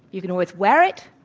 you can always wear it.